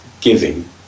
giving